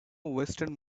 western